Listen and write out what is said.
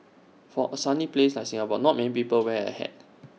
for A sunny place like Singapore not many people wear A hat